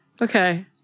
Okay